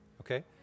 okay